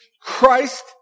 Christ